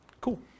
Cool